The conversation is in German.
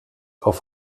auf